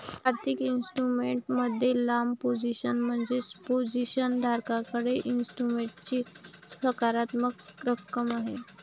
आर्थिक इन्स्ट्रुमेंट मध्ये लांब पोझिशन म्हणजे पोझिशन धारकाकडे इन्स्ट्रुमेंटची सकारात्मक रक्कम आहे